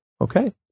Okay